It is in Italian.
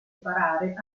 parare